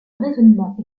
raisonnement